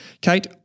Kate